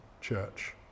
church